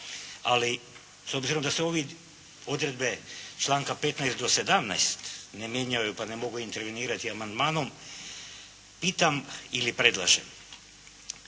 ali s obzirom da se ove odredbe članka 15. do 17. ne mijenjaju pa ne mogu intervenirati amandmanom pitam ili predlažem